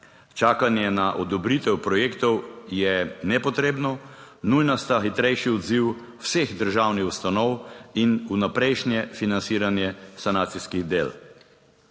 Čakanje na odobritev projektov je nepotrebno, nujna sta hitrejši odziv vseh državnih ustanov in vnaprejšnje financiranje sanacijskih del.